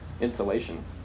insulation